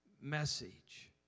message